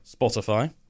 Spotify